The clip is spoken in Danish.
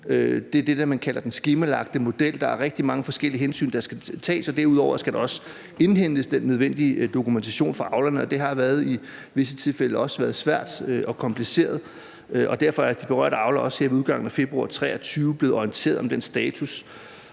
Det er det, man kalder den skemalagte model. Der er rigtig mange forskellige hensyn, der skal tages. Derudover skal der også indhentes den nødvendige dokumentation fra avlerne, og det har i visse tilfælde været svært og kompliceret, og derfor er de berørte avlere også her ved udgangen af februar 2023 blevet orienteret om den status.